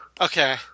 okay